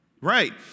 Right